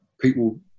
people